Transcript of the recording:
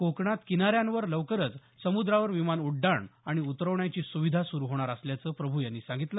कोकणात किनाऱ्यांवर लवकरच समुद्रावर विमान उड्डाण आणि उतरवण्याची सुविधा सुरु होणार असल्याचं प्रभू यांनी सांगितलं